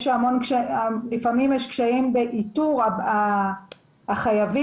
לפעמים יש קשיים באיתור החייבים,